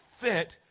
fit